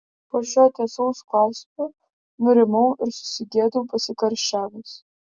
po šio tiesaus klausimo nurimau ir susigėdau pasikarščiavęs